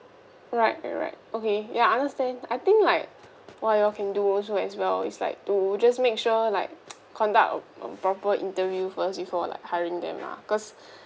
alright alright okay ya understand I think like what you all can do also as well is like to just make sure like conduct a proper interview first before like hiring them lah cause